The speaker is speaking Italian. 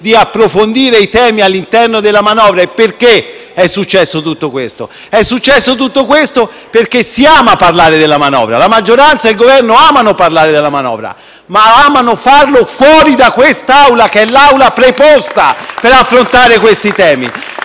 di approfondire i temi all'interno della manovra. E perché è successo tutto questo? È successo tutto questo perché si ama parlare della manovra: la maggioranza e il Governo amano parlare della manovra, ma amano farlo fuori da questa che è l'Aula preposta per affrontare questi temi.